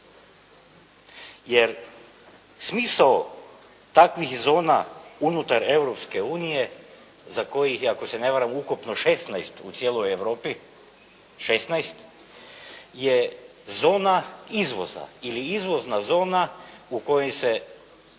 jer smisao takvih zona unutar Europske unije za kojih je ako se ne varam ukupno 16 u cijeloj Europi 16 je zona izvoza ili izvozna zona u kojoj se